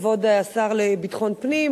כבוד השר לביטחון פנים,